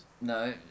No